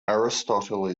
aristotle